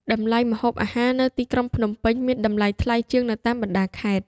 តម្លៃម្ហូបអាហារនៅទីក្រុងភ្នំពេញមានតម្លៃថ្លៃជាងនៅតាមបណ្តាខេត្ត។